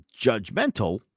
Judgmental